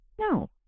No